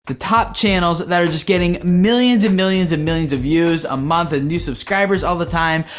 the top channels that are just getting millions and millions and millions of views a month and new subscribers all the time,